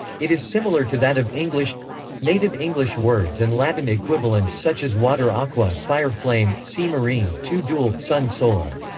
it is similar to that of english native english words and latin equivalents such as water-aqua, fire-flame, sea-marine, two-dual, sun-solar.